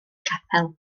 capel